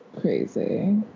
crazy